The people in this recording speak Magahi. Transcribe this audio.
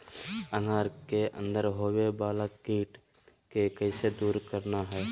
अनार के अंदर होवे वाला कीट के कैसे दूर करना है?